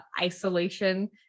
isolation